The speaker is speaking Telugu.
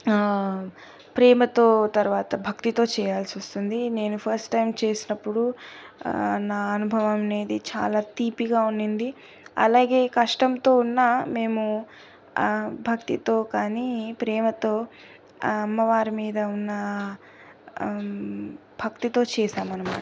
ప్రేమతో తరువాత భక్తితో చేయాల్సి వస్తుంది నేను ఫస్ట్ టైం చేసినప్పుడు నా అనుభవం అనేది చాలా తీపిగా ఉండింది అలాగే కష్టంతో ఉన్న మేము భక్తితో కానీ ప్రేమతో ఆ అమ్మవారి మీద ఉన్న భక్తితో చేసాము అన్నమాట